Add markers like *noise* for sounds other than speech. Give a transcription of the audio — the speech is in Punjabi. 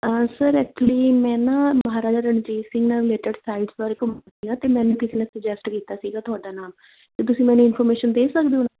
ਸਰ ਐਕਚੁਲੀ ਮੈਂ ਨਾ ਮਹਾਰਾਜਾ ਰਣਜੀਤ ਸਿੰਘ ਨਾਲ ਰਿਲੇਟਡ ਸਾਈਟਸ ਬਾਰੇ ਘੁੰਮ *unintelligible* ਅਤੇ ਮੈਨੂੰ ਕਿਸੇ ਨੇ ਸੁਜੈਸਟ ਕੀਤਾ ਸੀਗਾ ਤੁਹਾਡਾ ਨਾਮ ਅਤੇ ਤੁਸੀਂ ਮੈਨੂੰ ਇਨਫੋਰਮੇਸ਼ਨ ਦੇ ਸਕਦੇ ਹੋ *unintelligible*